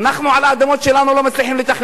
אנחנו, על האדמות שלנו לא מצליחים לתכנן.